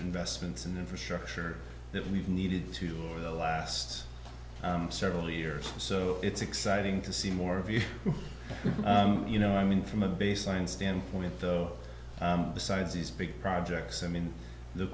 investments in infrastructure that we've needed to over the last several years so it's exciting to see more of you you know i mean from a baseline standpoint though besides these big projects i mean the